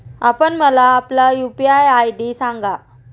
आपण मला आपला यू.पी.आय आय.डी सांगा